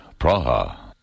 Praha. (